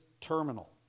terminal